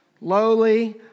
lowly